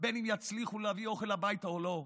בין אם יצליחו להביא אוכל הביתה או לא,